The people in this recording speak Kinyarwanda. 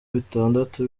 bitandatu